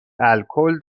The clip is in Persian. الکل